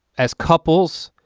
as couples,